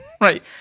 right